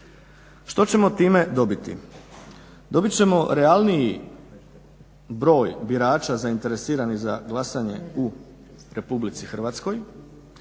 Što ćemo time dobiti? Dobit ćemo realniji broj birača zainteresiranih za glasanje u RH što